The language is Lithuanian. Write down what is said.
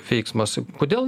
veiksmas kodėl